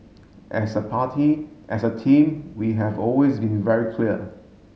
as a party as a team we have always been very clear